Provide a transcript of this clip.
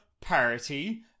parity